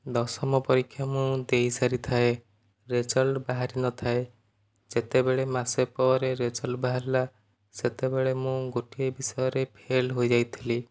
ଦଶମ ପରୀକ୍ଷା ମୁଁ ଦେଇ ସାରିଥାଏ ରେଜଲ୍ଟ ବାହାରି ନଥାଏ ଯେତେବେଳେ ମାସେ ପରେ ରେଜଲ୍ଟ ବାହାରିଲା ସେତେବେଳେ ମୁଁ ଗୋଟିଏ ବିଷୟରେ ଫେଲ ହୋଇ ଯାଇଥିଲି